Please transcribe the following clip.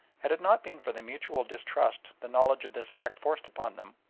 had it not been for the mutual distrust the knowledge of this fact forced upon them,